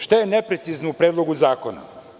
Šta je neprecizno u Predlogu zakona?